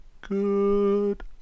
good